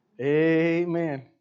Amen